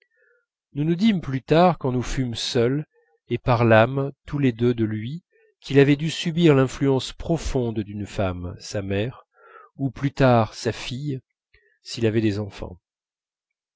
nous nous dîmes plus tard quand nous fûmes seuls et parlâmes tous les deux de lui qu'il avait dû subir l'influence profonde d'une femme sa mère ou plus tard sa fille s'il avait des enfants